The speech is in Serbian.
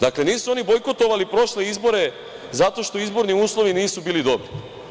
Dakle, nisu oni bojkotovali prošle izbore zato što izborni uslovi nisu bili dobri.